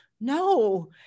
no